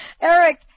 eric